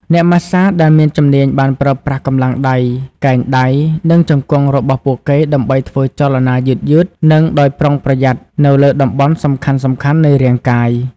អ្នកម៉ាស្សាដែលមានជំនាញបានប្រើប្រាស់កម្លាំងដៃ កែងដៃនិងជង្គង់របស់ពួកគេដើម្បីធ្វើចលនាយឺតៗ និងដោយប្រុងប្រយ័ត្ននៅលើតំបន់សំខាន់ៗនៃរាងកាយ។